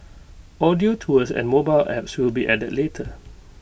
audio tours and mobile apps will be added later